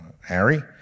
Harry